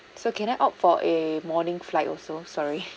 so can I opt for a morning flight also sorry